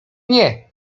nie